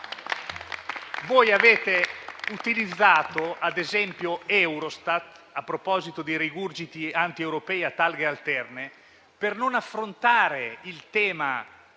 Voi avete utilizzato Eurostat (a proposito di rigurgiti antieuropei a targhe alterne) per non affrontare il tema